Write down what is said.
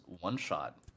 one-shot